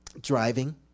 driving